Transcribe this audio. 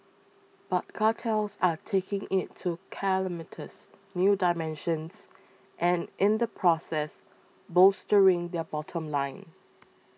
but cartels are taking it to calamitous new dimensions and in the process bolstering their bottom line